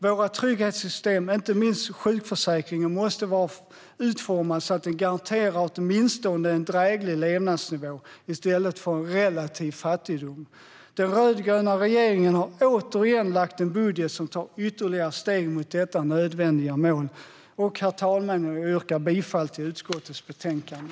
Våra trygghetssystem, inte minst sjukförsäkringen, måste vara utformade så att de garanterar åtminstone en dräglig levnadsnivå i stället för en relativ fattigdom. Den rödgröna regeringen har återigen lagt fram en budget som tar ytterligare steg mot detta nödvändiga mål. Herr talman! Jag yrkar bifall till förslaget i utskottets betänkande.